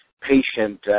patient